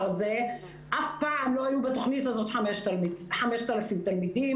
5,000. אף פעם לא היו בתוכנית הזו 5,000 תלמידים.